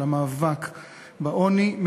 של העוני,